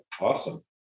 Awesome